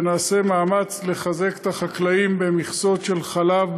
ונעשה מאמץ לחזק את החקלאים במכסות של חלב,